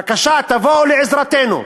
בבקשה, תבואו לעזרתנו.